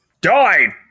Die